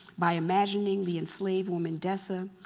by imagining the enslaved woman, dessa,